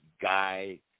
guy